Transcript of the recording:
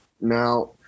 Now